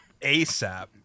ASAP